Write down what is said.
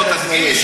תדגיש,